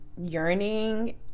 yearning